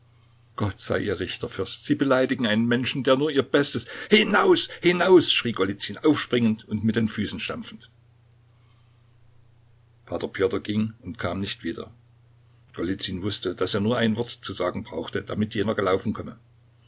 gott sei ihr richter fürst sie beleidigen einen menschen der nur ihr bestes hinaus hinaus schrie golizyn aufspringend und mit den füßen stampfend p pjotr ging und kam nicht wieder golizyn wußte daß er nur ein wort zu sagen brauche damit jener gelaufen komme